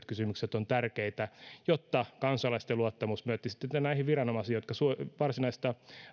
kysymykset ovat tärkeitä jotta kansalaisten luottamus niihin viranomaisiin jotka suorittavat varsinaista